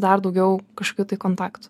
dar daugiau kažkokių tai kontaktų